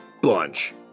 bunch